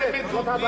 הממשלה הזאת מדשדשת.